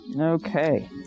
Okay